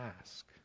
ask